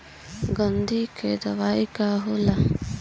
गंधी के दवाई का होला?